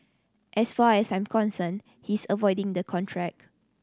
as far as I'm concerned he's avoiding the contract